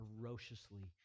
ferociously